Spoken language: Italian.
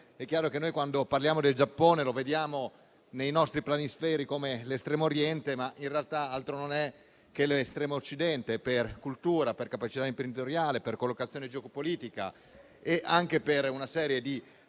è chiaro che noi, quando parliamo del Giappone, lo vediamo nei nostri planisferi come l'estremo Oriente, ma in realtà altro non è che l'estremo Occidente per cultura, per capacità imprenditoriale, per collocazione geopolitica e anche per una serie di rapporti